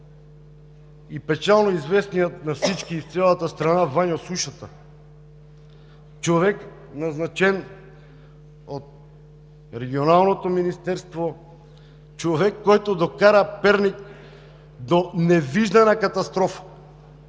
И печално известният на всички из цялата страна Ваньо Сушата – човек, назначен от Регионалното министерство, човек, който докара Перник до невиждана катастрофа.